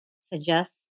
suggest